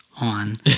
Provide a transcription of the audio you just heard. on